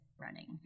running